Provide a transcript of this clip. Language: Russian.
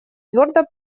твердо